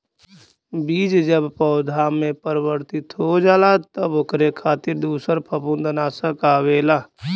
बीज जब पौधा में परिवर्तित हो जाला तब ओकरे खातिर दूसर फंफूदनाशक आवेला